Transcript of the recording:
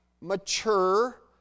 mature